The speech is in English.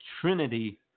Trinity